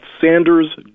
Sanders